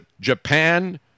Japan